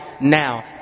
now